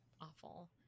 Awful